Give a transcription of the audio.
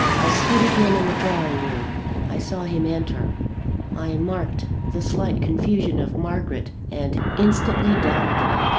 i stood again in the drawing-room i saw him enter i marked the slight confusion of margaret and instantly doubted her.